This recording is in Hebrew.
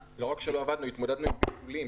והתמודדנו גם עם ביטולים.